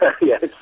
yes